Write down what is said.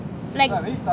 like